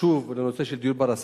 וחשוב לנושא של דיור בר-השגה.